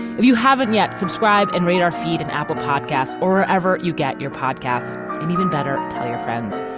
if you haven't yet, subscribe and read our feed and apple podcast. or ever you get your podcast and even better tell your friends.